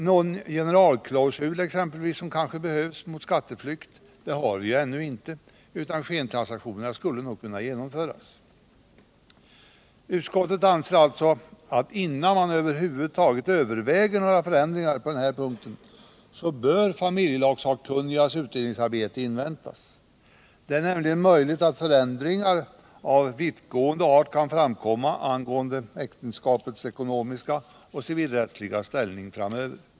Någon generalklausul som kanske behövs mot skatteflykt har vi ju ännu inte, utan skentransaktionerna skulle nog kunna genomföras. Utskottet anser alltså att innan man över huvud taget överväger några förändringar på den här punkten bör familjelagssakkunnigas utredningsarbete inväntas. Det är nämligen möjligt att förändringar av vittgående art kan framkomma angående äktenskapets ekonomiska och civilrättsliga ställning framöver.